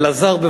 אלעזר,